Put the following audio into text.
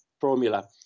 formula